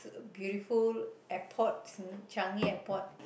beautiful airport Changi Airport